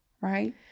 right